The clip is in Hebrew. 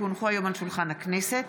כי הונחו היום על שולחן הכנסת,